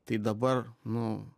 tai dabar nu